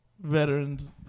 Veterans